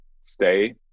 stay